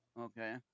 Okay